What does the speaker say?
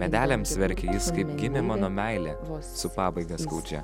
medeliams verkė jis kaip gimė mano meilė su pabaiga skaudžia